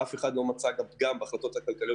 אף אחד לא מצא פגם בהחלטות הכלכליות